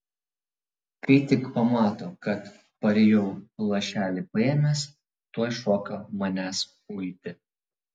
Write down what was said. kai tik pamato kad parėjau lašelį paėmęs tuoj šoka manęs uiti